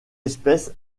espèce